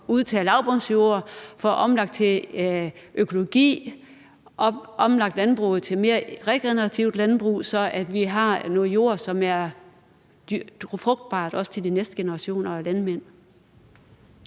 udtaget lavbundsjorder, får omlagt til økologi og får omlagt landbruget til mere regenerativt landbrug, sådan at vi har noget jord, som er frugtbart, også til de næste generationer af landmænd?